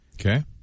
Okay